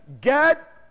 Get